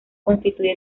constituye